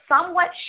somewhat